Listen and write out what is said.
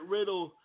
Riddle